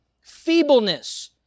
feebleness